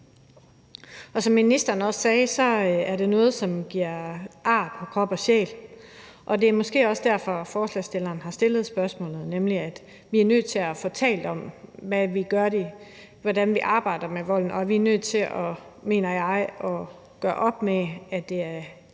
Og som ministeren også sagde, er det noget, som giver ar på krop og sjæl. Det er måske også derfor, at forslagsstillerne har fremsat forslaget, nemlig at vi er nødt til at få talt om, hvad vi gør, og hvordan vi arbejder med det, og at vi, mener jeg, er nødt til at gøre op med, at det er